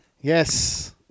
Yes